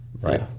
Right